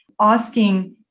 asking